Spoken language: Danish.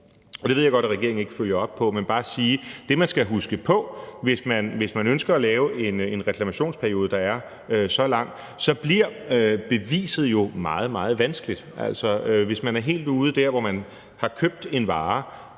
Det ved jeg godt regeringen ikke følger op på, men vil bare sige, at man skal huske på, at hvis man ønsker at lave en reklamationsperiode, der er så lang, så bliver beviset jo meget, meget vanskeligt. Hvis man er helt ude der, hvor man har købt en vare,